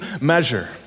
measure